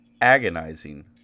agonizing